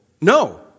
No